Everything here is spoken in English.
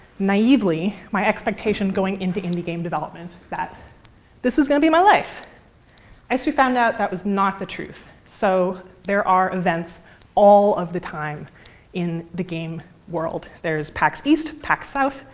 naively, my expectation going into indie game development that this was going to my life. i actually found out, that was not the truth. so there are events all of the time in the game world. there's pax east, pax south,